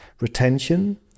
retention